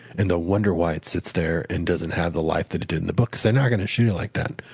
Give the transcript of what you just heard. and they'll wonder why it sits there and doesn't have the life that it did in the book because they're not going to shoot it like that.